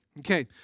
Okay